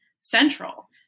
central